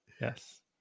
Yes